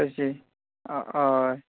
तशीं आं हय